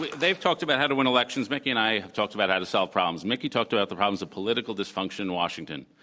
they've talked about how to win elections. mickey and i have talked about how to solve problems. mickey talked about the problems of political dysfunction in washington,